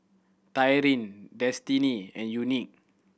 Tyrin Destiney and Unique